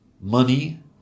money